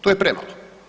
To je premalo.